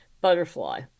butterfly